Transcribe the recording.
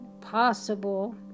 possible